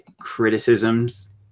criticisms